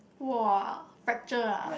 !wah! fracture ah